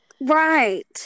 right